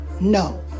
No